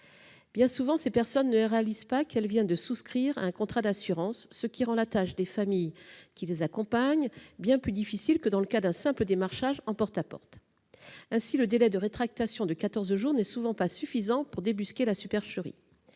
Bien souvent, ces personnes ne réalisent pas qu'elles viennent de souscrire à un contrat d'assurance, ce qui rend la tâche des familles qui les accompagnent bien plus difficile que dans le cas d'un simple démarchage, en porte-à-porte. Ainsi, le délai de rétractation de 14 jours n'est souvent pas suffisant pour débusquer la supercherie.